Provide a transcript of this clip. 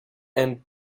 and